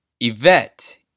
Yvette